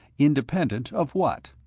independent of what?